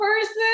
person